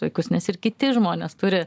vaikus nes ir kiti žmonės turi